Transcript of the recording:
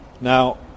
Now